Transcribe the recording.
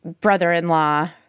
brother-in-law